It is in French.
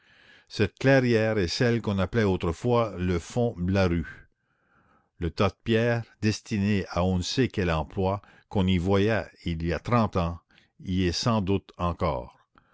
cette clairière est celle qu'on appelait autrefois le fonds blaru le tas de pierres destiné à on ne sait quel emploi qu'on y voyait il y a trente ans y est sans doute encore